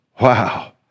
Wow